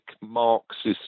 Marxist